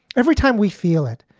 every time we feel it,